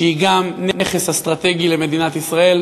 שהיא גם נכס אסטרטגי למדינת ישראל.